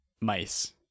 mice